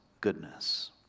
goodness